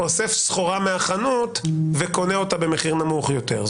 סחורה מהחנות וקונה אותה במחיר נמוך יותר.